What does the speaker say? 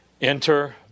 Enter